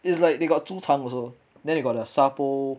it's like they got 猪肠 also then you got the 沙煲